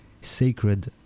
sacred